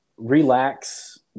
relax